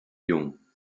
jung